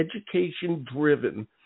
education-driven